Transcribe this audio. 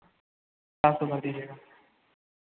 चार सौ कर दीजिएगा